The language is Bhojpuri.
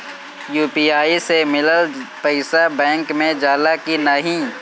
यू.पी.आई से मिलल पईसा बैंक मे जाला की नाहीं?